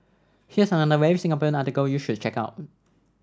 here's another very Singaporean article you should check out